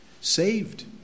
saved